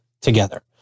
together